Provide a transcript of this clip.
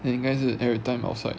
他应该是 everytime outside